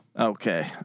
Okay